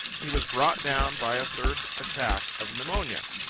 he was brought down by a third attack of pneumonia.